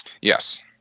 Yes